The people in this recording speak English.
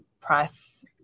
price